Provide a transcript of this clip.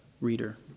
reader